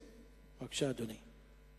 בבקשה, אדוני.